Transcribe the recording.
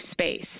space